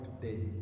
today